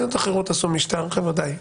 מדינות אחרות אמרו: די,